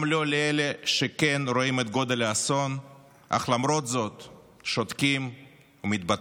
גם לא לאלה שכן רואים את גודל האסון אך למרות זאת שותקים ומתבטלים